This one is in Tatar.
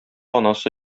анасы